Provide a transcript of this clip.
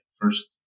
First